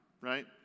right